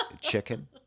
Chicken